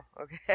okay